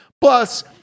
Plus